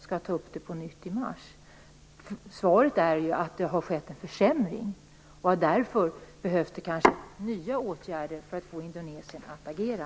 Sanningen är ju att det har skett en försämring. Därför behövs det nya åtgärder för att få Indonesien att agera.